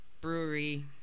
brewery